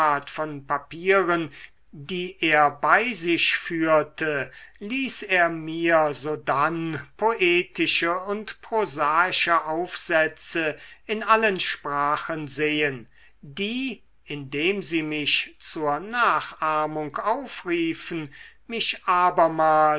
von papieren die er bei sich führte ließ er mir sodann poetische und prosaische aufsätze in allen sprachen sehen die indem sie mich zur nachahmung aufriefen mich